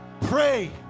Pray